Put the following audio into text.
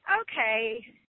okay